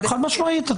חד משמעית.